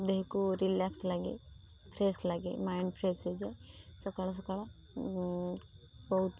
ଦେହକୁ ରିଲାକ୍ସ ଲାଗେ ଫ୍ରେଶ୍ ଲାଗେ ମାଇଣ୍ଡ ଫ୍ରେଶ୍ ହେଇଯାଏ ସକାଳୁ ସକାଳୁ ବହୁତ